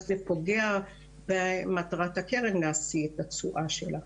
זה פוגע במטרת הקרן להשיא את התשואה שלה.